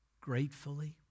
gratefully